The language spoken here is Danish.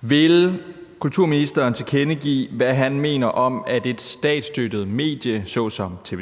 Vil kulturministeren tilkendegive, hvad han mener om, at et statsstøttet medie såsom TV